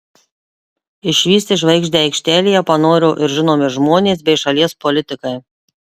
išvysti žvaigždę aikštelėje panoro ir žinomi žmonės bei šalies politikai